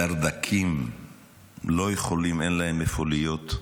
דרדקים לא יכולים, אין להם איפה להיות,